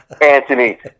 Anthony